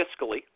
fiscally